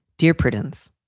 dear prudence,